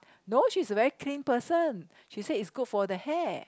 no she's a very clean person she said it's good for the hair